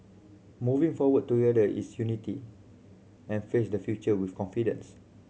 moving forward together is unity and face the future with confidence